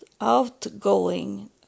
outgoing